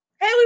Hey